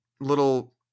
little